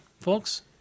folks